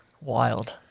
wild